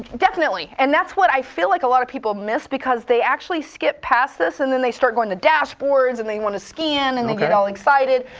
definitely. and that's what i feel like a lot of people miss because they actually skip past this, and then they start going to dashboards, and they want to scan, and they get all excited.